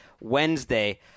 Wednesday